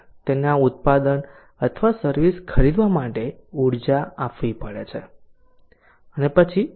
તેને આ ઉત્પાદન અથવા સર્વિસ ખરીદવા માટે ઉર્જા આપવી પડે છે અને પછી તેની માનસિક કિંમત હોય છે